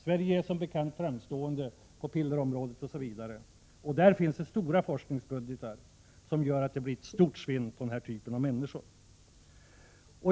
Sverige är som bekant framstående på pillerområdet, osv., och där finns stora forskningsbudgetar som gör att det blir ett stort svinn av den här typen av människor.